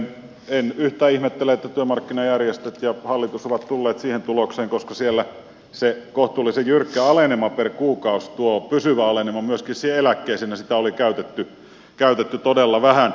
en yhtään ihmettele että työmarkkinajärjestöt ja hallitus ovat tulleet siihen tulokseen koska siellä sitä kohtuullisen jyrkkää alenemaa per kuukausi tuota pysyvää alenemaa myöskin siihen eläkkeeseen oli käytetty todella vähän